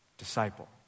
disciple